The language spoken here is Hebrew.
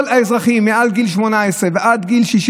כל האזרחים מעל גיל 18 ועד גיל 60